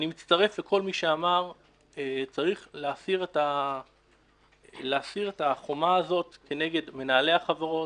אני מצטרף לכל מי שאמר שצריך להסיר את החומה הזאת כנגד מנהלי החברות.